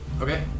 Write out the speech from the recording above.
Okay